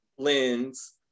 lens